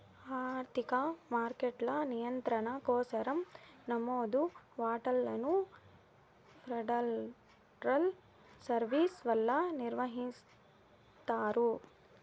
ఆర్థిక మార్కెట్ల నియంత్రణ కోసరం నమోదు వాటాలను ఫెడరల్ సర్వీస్ వల్ల నిర్వహిస్తారు